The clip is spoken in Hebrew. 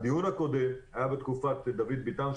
הדיון הרציני הקודם היה בתקופת דוד ביטן,